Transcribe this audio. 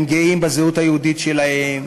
הם גאים בזהות היהודית שלהם,